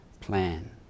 plan